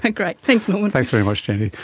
but great, thanks norman. thanks very much jennie.